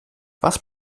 was